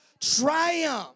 triumph